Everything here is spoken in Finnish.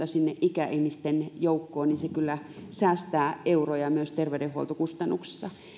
sinne ikäihmisten joukkoon kyllä säästää euroja myös terveydenhuoltokustannuksissa